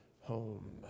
home